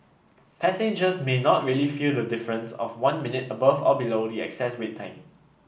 passengers may not really feel the difference of one minute above or below the excess wait time